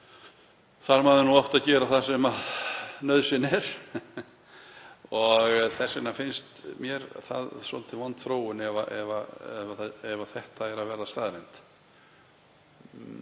að maður þarf oft að gera það sem nauðsynlegt er. Þess vegna finnst mér það svolítið vond þróun ef þetta er að verða staðreynd.